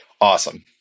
Awesome